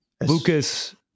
Lucas